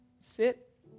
sit